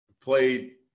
played